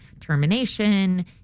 termination